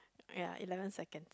ya eleven seconds